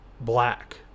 black